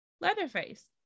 leatherface